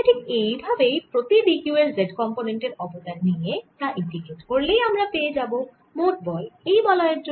তাই ঠিক এই ভাবে প্রতি d q এর z কম্পোনেন্ট এর অবদান নিয়ে তা ইন্টিগ্রেট করলেই আমরা পেয়ে যাবো মোট বল এই বলয়ের জন্য